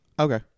Okay